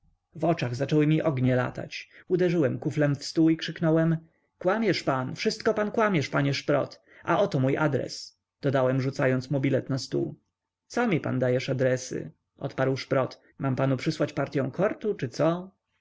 w oczach zaczęły mi ognie latać uderzyłem kuflem w stół i krzyknąłem kłamiesz pan wszystko pan kłamiesz panie szprot a oto mój adres dodałem rzucając mu bilet na stół co mi pan dajesz adresy odparł szprot mam panu przysłać partyą kortu czy co